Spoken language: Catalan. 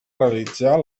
realitzar